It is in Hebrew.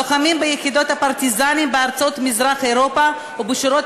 לוחמים ביחידות הפרטיזנים בארצות מזרח אירופה ובשורות